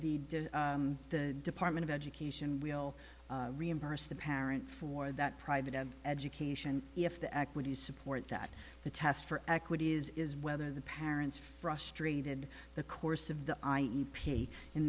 the the department of education will reimburse the parent for that private education if the act would you support that the test for equity is whether the parents frustrated the course of the i